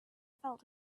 felt